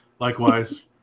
Likewise